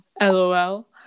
LOL